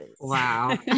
Wow